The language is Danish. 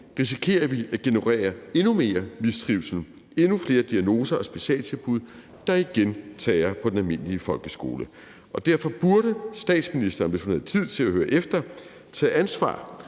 risikerer vi at generere endnu mere mistrivsel, endnu flere diagnoser og specialtilbud, der igen tærer på den almindelige folkeskole. Derfor burde statsministeren, hvis hun havde tid til at høre efter, tage ansvar